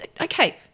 okay